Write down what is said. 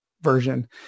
version